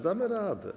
Damy radę.